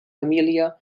família